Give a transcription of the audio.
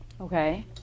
Okay